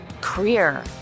career